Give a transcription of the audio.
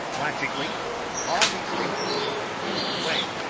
logically all these things point one way!